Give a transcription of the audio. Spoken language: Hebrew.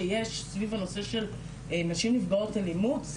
שיש סביב הנושא של נשים נפגעות אלימות,